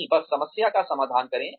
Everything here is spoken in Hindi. नहीं बस समस्या का समाधान करें